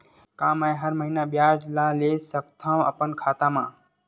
का मैं हर महीना ब्याज ला ले सकथव अपन खाता मा?